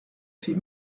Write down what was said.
fait